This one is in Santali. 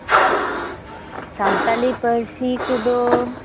ᱥᱟᱱᱛᱟᱞᱤ ᱯᱟᱹᱨᱥᱤ ᱠᱚᱫᱚ